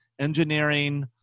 engineering